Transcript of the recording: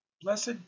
Blessed